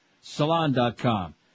Salon.com